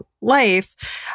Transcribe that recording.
life